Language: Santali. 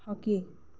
ᱦᱚᱠᱤ